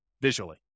visually